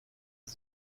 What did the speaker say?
sie